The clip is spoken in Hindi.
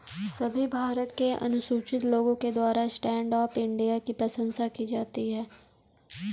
सभी भारत के अनुसूचित लोगों के द्वारा स्टैण्ड अप इंडिया की प्रशंसा की जाती है